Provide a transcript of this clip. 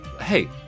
Hey